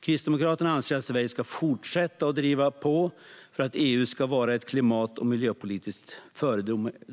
Kristdemokraterna anser att Sverige ska fortsätta att driva på för att EU ska vara ett klimat och miljöpolitiskt